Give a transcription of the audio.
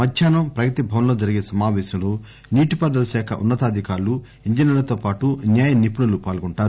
మధ్యాహ్నం ప్రగతిభవన్ లో జరిగే సమాపేశంలో నీటిపారుదల శాఖ ఉన్న తాధికారులు ఇంజనీర్లతో పాటు న్యాయనిపుణులు పాల్గొంటారు